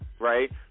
Right